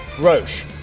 Roche